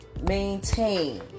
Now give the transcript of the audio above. maintain